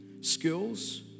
skills